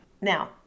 Now